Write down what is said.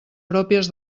pròpies